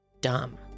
Dumb